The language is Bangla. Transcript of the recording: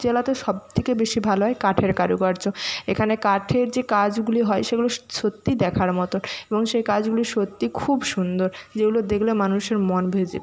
জেলাতে সবথেকে বেশি ভালো হয় কাঠের কারুকার্য এখানে কাঠের যে কাজগুলি হয় সেগুলো সত্যি দেখার মতন এবং সেই কাজগুলি সত্যি খুব সুন্দর যেগুলো দেখলে মানুষের মন ভিজে